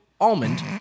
almond